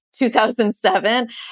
2007